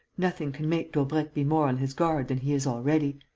nothing can make daubrecq be more on his guard than he is already.